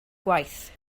gwaith